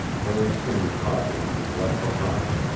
very soon hawkins was left behind,